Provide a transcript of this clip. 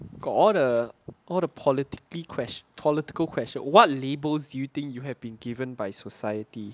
got all the politically question political question what labels do you think you have been given by society